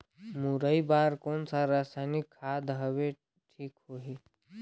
मुरई बार कोन सा रसायनिक खाद हवे ठीक होही?